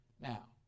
now